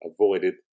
avoided